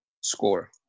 Score